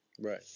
Right